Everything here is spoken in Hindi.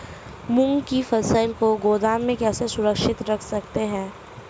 मूंग की फसल को गोदाम में कैसे सुरक्षित रख सकते हैं?